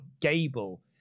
gable